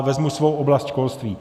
Vezmu svou oblast školství.